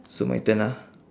so my turn ah